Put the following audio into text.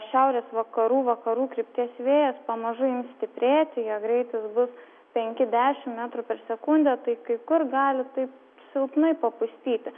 šiaurės vakarų vakarų krypties vėjas pamažu ims stiprėti jo greitis bus penki dešim metrų per sekundę kai kur gali taip silpnai papustyti